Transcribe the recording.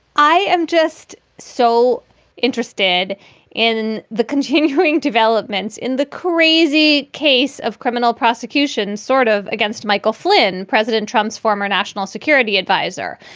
i am just so interested in the continuing developments in the crazy case of criminal prosecution, sort of against michael flynn, president trump's former national security adviser.